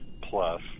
plus